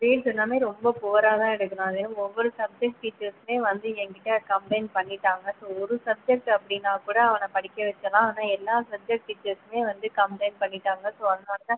grades எல்லாமே ரொம்ப புவராகதான் எடுக்கிறானே ஒவ்வொரு சப்ஜெக்ட் டீச்சர்ஸுமே வந்து எங்கிட்ட கம்ப்ளைண்ட் பண்ணிவிட்டாங்க ஸோ ஒரு சப்ஜெக்ட் அப்படின்னா கூட அவனை படிக்க வைக்கலாம் ஆனால் எல்லா சப்ஜெக்ட் டீச்சர்ஸுமே வந்து கம்ப்ளைண்ட் பண்ணிவிட்டாங்க ஸோ அதனால் தான்